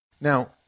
Now